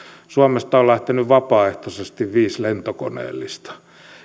suomesta on lähtenyt vapaaehtoisesti viisi lentokoneellista